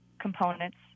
components